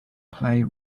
play